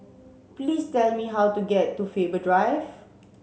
please tell me how to get to Faber Drive